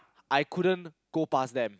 I couldn't go past them